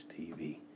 TV